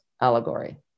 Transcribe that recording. allegory